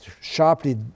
sharply